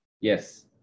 Yes